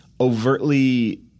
overtly